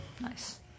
Nice